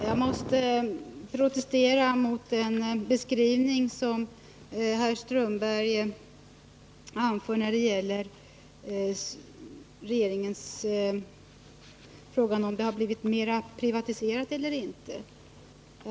Herr talman! Jag måste protestera mot den beskrivning som herr Strömberg gör i frågan om boendet har blivit mera privatiserat eller inte.